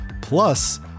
plus